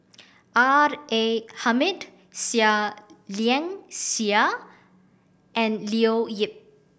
R A Hamid Seah Liang Seah and Leo Yip